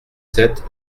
sept